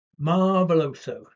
marveloso